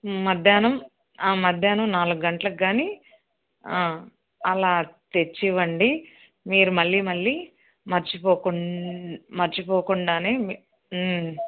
మధ్యాహ్నం మధ్యాహ్నం నాలుగు గంట్లకి కానీ అలా తెచ్చివ్వండి మీరు మళ్ళీ మళ్ళీ మర్చిపోకుండానే